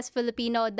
Filipino